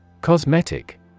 Cosmetic